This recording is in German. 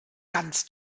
ganz